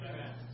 Amen